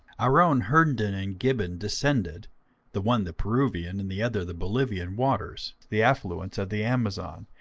our own herndon and gibbon descended the one the peruvian and the other the bolivian waters the affluents of the amazon,